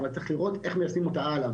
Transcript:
אבל צריך לראות איך מיישמים אותה הלאה,